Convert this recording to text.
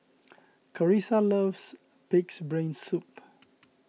Karissa loves Pig's Brain Soup